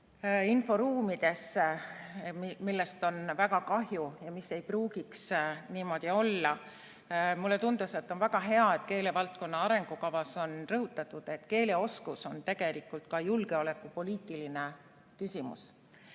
inforuumidesse, millest on väga kahju ja mis ei pruugiks niimoodi olla. Mulle tundus, et on väga hea, et keelevaldkonna arengukavas on rõhutatud, et eesti keele oskus on tegelikult ka julgeolekupoliitiline küsimus.